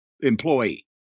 employee